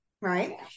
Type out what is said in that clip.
right